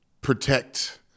protect